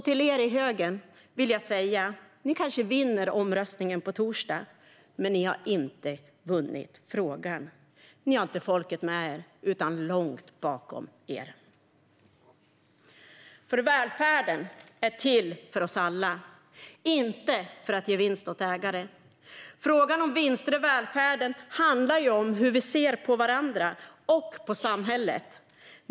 Till er i högern vill jag därför säga: Ni kanske vinner omröstningen på torsdag, men ni har inte vunnit frågan. Ni har inte folket med er utan långt bakom er. Välfärden är till för oss alla, inte för att ge vinst åt ägare. Frågan om vinster i välfärden handlar om hur vi ser på varandra och på samhället.